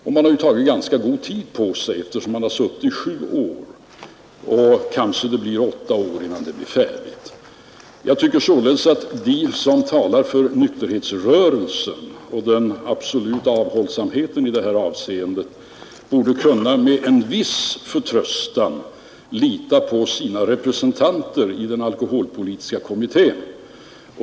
Och man har ju tagit ganska god tid på sig, eftersom man har suttit i sju år — det kanske blir åtta år innan det blir färdigt. Jag tycker således att de som talar för nykterhetsrörelsen och den absoluta avhållsamheten i detta avseende borde kunna med viss förtröstan lita på sina representanter i den alkoholpolitiska kommittén.